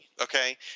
okay